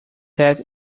that